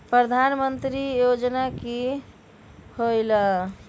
प्रधान मंत्री योजना कि होईला?